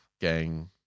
Gang